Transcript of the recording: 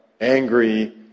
angry